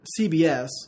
CBS